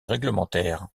réglementaires